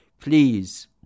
Please